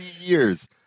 years